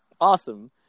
awesome